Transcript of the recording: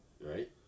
Right